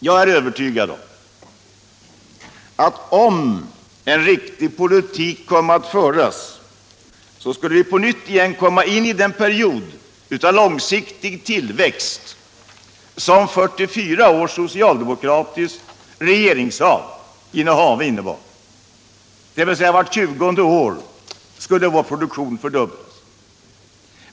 Jag är övertygad om att vi, om en riktig politik fördes, på nytt skulle få en period av långsiktig tillväxt som den vi hade under socialdemokraternas 44 år långa regeringsinnehav, dvs. produktionen skulle fördubblas vart tjugonde år.